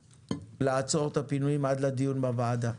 לעצור את הפינויים עד לדיון בוועדה,